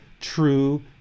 true